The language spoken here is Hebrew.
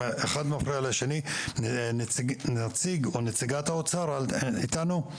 האם נציג האוצר איתנו?